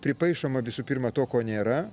pripaišoma visų pirma to ko nėra